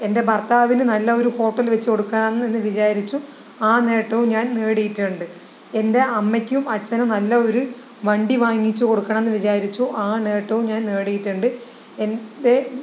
എൻ്റെ ഭർത്താവിന് നല്ല ഒരു ഹോട്ടൽ വച്ച് കൊടുക്കണം എന്ന് വിചാരിച്ചു ആ നേട്ടവും ഞാൻ നേടിയിട്ടുണ്ട് എൻ്റെ അമ്മയ്ക്കും അച്ഛനും നല്ല ഒരു വണ്ടി വാങ്ങിച്ചു കൊടുക്കണം എന്ന് വിചാരിച്ചു ആ നേട്ടവും ഞാൻ നേടിയിട്ടുണ്ട് എൻ്റെ